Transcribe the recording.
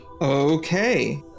Okay